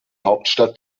hauptstadt